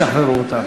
ישחררו אותם.